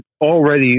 already